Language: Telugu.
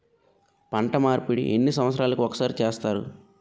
పంట మార్పిడి ఎన్ని సంవత్సరాలకి ఒక్కసారి చేస్తారు?